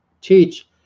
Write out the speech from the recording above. teach